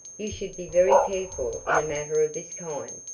you should be very careful in a matter of this kind,